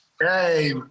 Hey